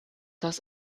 das